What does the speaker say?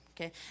Okay